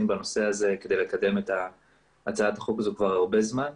בנושא הזה כדי לקדם את הצעת החוק הזו כבר הרבה זמן.